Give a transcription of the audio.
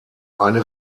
eine